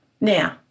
Now